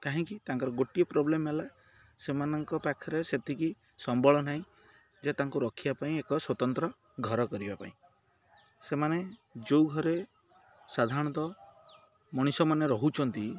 କାହିଁକି ତାଙ୍କର ଗୋଟିଏ ପ୍ରୋବ୍ଲେମ ହେଲା ସେମାନଙ୍କ ପାଖରେ ସେତିକି ସମ୍ବଳ ନାହିଁ ଯେ ତାଙ୍କୁ ରଖିବା ପାଇଁ ଏକ ସ୍ଵତନ୍ତ୍ର ଘର କରିବା ପାଇଁ ସେମାନେ ଯେଉଁ ଘରେ ସାଧାରଣତଃ ମଣିଷମାନେ ରହୁଛନ୍ତି